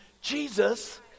Jesus